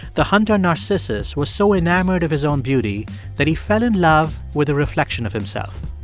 the hunter narcissus was so enamored of his own beauty that he fell in love with a reflection of himself.